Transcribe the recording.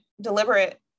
deliberate